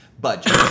budget